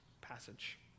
passage